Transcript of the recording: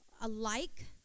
alike